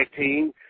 team